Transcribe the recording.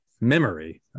memory